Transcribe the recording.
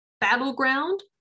Battleground